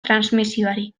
transmisioari